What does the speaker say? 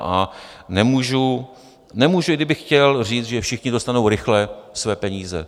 A nemůžu, i kdybych chtěl, říct, že všichni dostanou rychle své peníze.